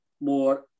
more